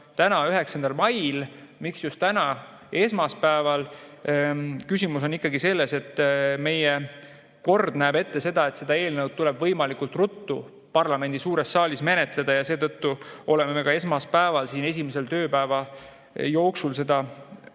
päevakorda. Miks just täna, esmaspäeval? Küsimus on ikkagi selles, et meie kord näeb ette, et seda eelnõu tuleb võimalikult ruttu parlamendi suures saalis menetleda, seetõttu oleme me ka esmaspäeval siin esimese tööpäeva jooksul seda menetluslikku